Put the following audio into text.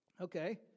Okay